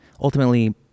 ultimately